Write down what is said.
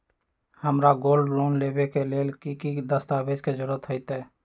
हमरा gold loan लेबे के लेल कि कि दस्ताबेज के जरूरत होयेत?